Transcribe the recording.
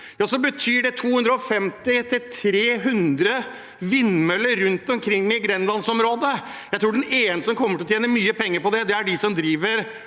dag, betyr det 250–300 vindmøller rundt omkring i Grenlandsområdet. Jeg tror de eneste som kommer til å tjene mye penger på det, er de som selger